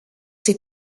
ses